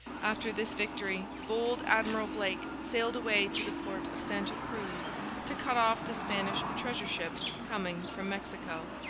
after this victory, bold admiral blake sailed away to the port of santa cruz to cut off the spanish treasure-ships coming from mexico.